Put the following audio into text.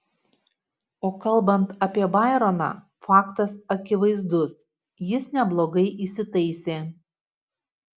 o kalbant apie baironą faktas akivaizdus jis neblogai įsitaisė